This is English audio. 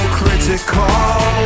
critical